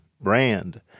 brand